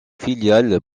filiales